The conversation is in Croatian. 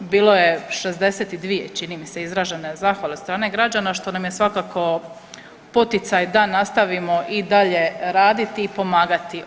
Bilo je 62 čini mi se izražene zahvale od strane građana što nam je svakako poticaj da nastavimo i dalje raditi i pomagati.